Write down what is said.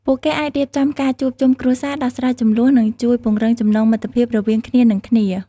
ពួកគេអាចរៀបចំការជួបជុំគ្រួសារ ដោះស្រាយជម្លោះ និងជួយពង្រឹងចំណងមិត្តភាពរវាងគ្នានិងគ្នា។